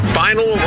final